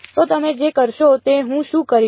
તો તમે જે કરશો તે હું શું કરીશ